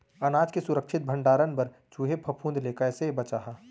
अनाज के सुरक्षित भण्डारण बर चूहे, फफूंद ले कैसे बचाहा?